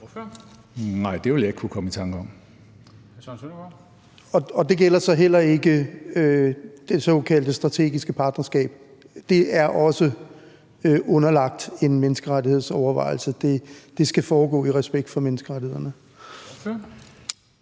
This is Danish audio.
det gælder så heller ikke det såkaldte strategiske partnerskab – det er også underlagt en menneskerettighedsovervejelse, det skal foregå i respekt for menneskerettighederne?